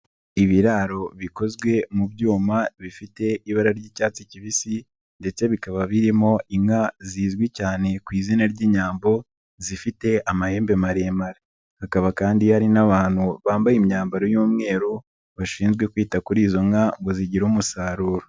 Ibiraro bikozwe mu byuma bifite ibara ry'icyatsi kibisi ndetse bikaba birimo inka zizwi cyane k'i izina ry'inyambo zifite amahembe maremare, hakaba kandi hari n'abantu bambaye imyambaro y'umweru bashinzwe kwita kuri izo nka ngo zigire umusaruro.